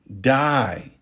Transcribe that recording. die